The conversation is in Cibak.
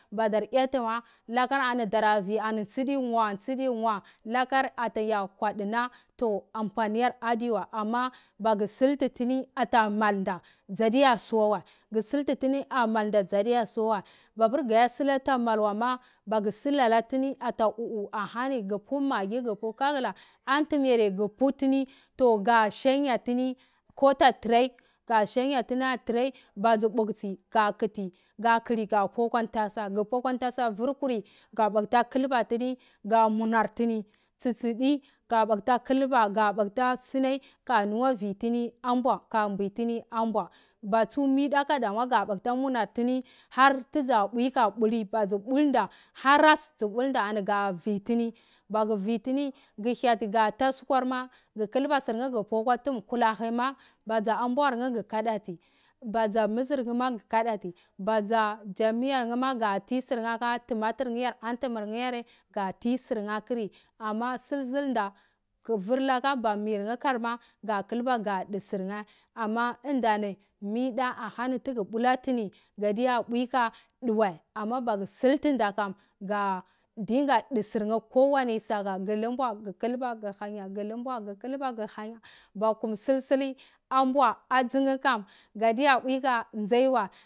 Badar yatima lakar ani darda vwi tuni kwadunha ampamiar adi wa ama mago sulnto tuni ata mol nda dza diya suwa wai mapor ga auwata mal ga puwa kwantose gu par akwa nfaod mdpor kru ga bata kulu tini ga munanta tini tsi tsi di ga balta kulba ka lungwa vwi tini ambwa ka vwi tini ambea ka loata vwitini tsu midak gadamu leabata nbwi tini har tudza pwi ko tali nda har dza pul ani ga vwi tini magu vwi tini magu hyoti ta sukwar ma gu kulba surnat gu pu akwa tuhum kulahuma baza ambwar nheh ma gu hadati baza mizur nhoh ma gu kadati ba dza jan miyor nhah maga ti surnleh ata tuma tur nheh ma antunur nheh ma gati sur nheh ahuri ama sul sulinda vur laka ma mir nheh karma ga kulbo ga du surneh ama undani mida ahani tugu bulatini gadiya pwi kadu wai ama sulnta nda gadunga du surnae kowoni suta gulum bwa gu kulba gu honya gu lumbwa gu kulba gu hanyar ba kum sil sli ambuna ambwa djinheh ga diya pwi ka nzaiwa